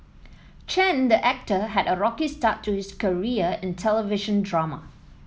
Chen the actor had a rocky start to his career in television drama